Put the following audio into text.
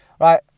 right